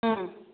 ꯎꯝ